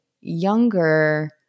younger